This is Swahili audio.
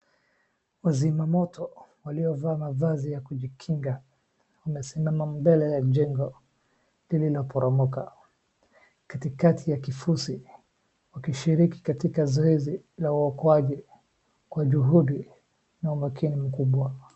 Wazimamoto waliovaa mavazi ya kujikinga wamesimama mbele ya jengo lililoporomoka ,katikati ya kifusi wakishiriki katika zoezi la uokoaji kwa juhudi na umakini mkubwa.